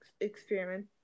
experiment